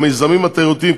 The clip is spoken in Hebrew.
המיזמים התיירותיים,